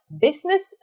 business